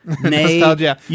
Nostalgia